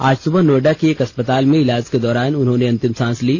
आज सुबह नोएडा के एक अस्पताल में ईलाज के दौरान उन्होनें अंतिम सांस ली